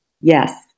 Yes